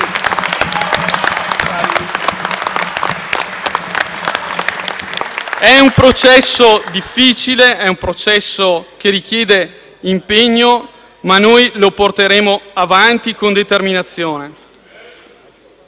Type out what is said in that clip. È un processo difficile, è un processo che richiede impegno, ma noi lo porteremo avanti con determinazione.